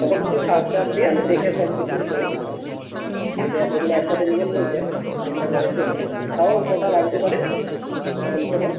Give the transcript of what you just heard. তখন কিছু ছাড় টাড় দিয়ে আমি দেখে সব কিছু করে দেবো আর কি যেহেতু এতগুলো একসাথে নেবেন বলছেন একটা ঘরের জন্য তাও কটা লাগতে পারে কমসে কম